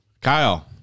Kyle